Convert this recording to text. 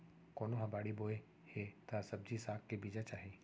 कोनो ह बाड़ी बोए हे त सब्जी साग के बीजा चाही